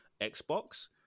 Xbox